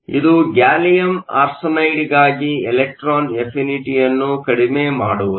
ಇದು ಗ್ಯಾಲಿಯಂ ಆರ್ಸೆನೈಡ್ಗಾಗಿ ಇಲೆಕ್ಟ್ರಾನ್ ಅಫಿನಿಟಿಯನ್ನು ಕಡಿಮೆ ಮಾಡುವುದು